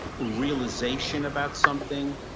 realization about something,